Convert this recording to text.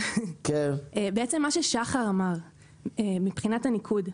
בעצם מה ששחר אמר מבחינת הניקוד,